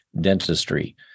dentistry